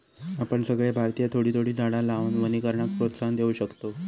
आपण सगळे भारतीय थोडी थोडी झाडा लावान वनीकरणाक प्रोत्साहन देव शकतव